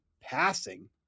passing